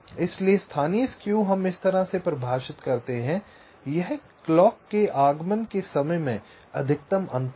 इसलिए स्थानीय स्क्यू हम इस तरह परिभाषित करते हैं यह क्लॉक के आगमन के समय में अधिकतम अंतर है